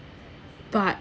but